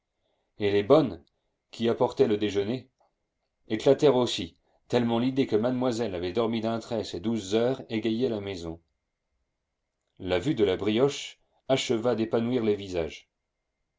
et les bonnes qui apportaient le déjeuner éclatèrent aussi tellement l'idée que mademoiselle avait dormi d'un trait ses douze heures égayait la maison la vue de la brioche acheva d'épanouir les visages